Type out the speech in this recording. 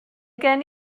gen